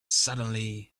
suddenly